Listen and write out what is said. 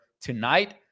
tonight